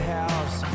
house